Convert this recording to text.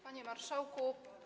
Panie Marszałku!